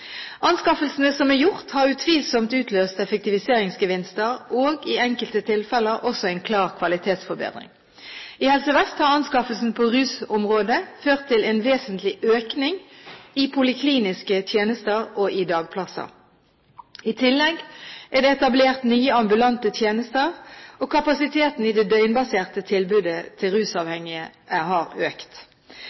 Anskaffelsene som er gjort, har utvilsomt utløst effektiviseringsgevinster og – i enkelte tilfeller – også en klar kvalitetsforbedring. I Helse Vest har anskaffelsen på rusområdet ført til en vesentlig økning i polikliniske tjenester og i dagplasser. I tillegg er det etablert nye ambulante tjenester, og kapasiteten i det døgnbaserte tilbudet til rusmiddelavhengige har økt.